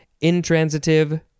Intransitive